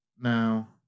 Now